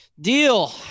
Deal